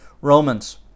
Romans